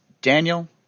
Daniel